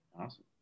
Awesome